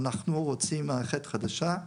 אנחנו רוצים מערכת חדשה,